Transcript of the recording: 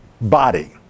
body